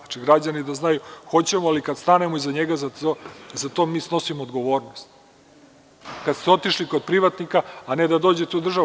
Znači, građani da znaju, hoćemo i kad stanemo iza njih da za to snosimo odgovornost, kad ste otišli kod privatnika, a ne da dođete u državu.